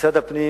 משרד הפנים,